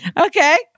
Okay